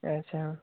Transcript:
ᱟᱪᱪᱷᱟ